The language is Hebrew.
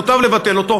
מוטב לבטל אותו,